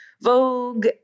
Vogue